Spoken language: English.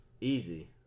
Easy